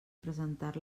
presentar